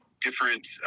different